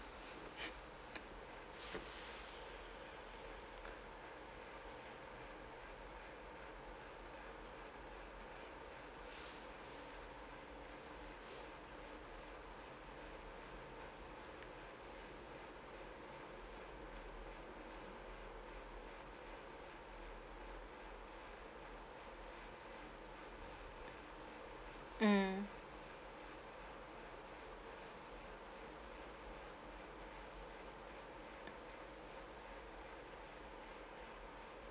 mm